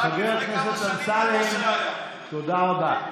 חבר הכנסת אמסלם, תודה רבה.